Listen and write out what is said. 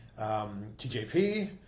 TJP